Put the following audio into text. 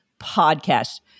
Podcast